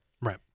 Right